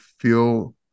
feel